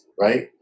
right